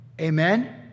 Amen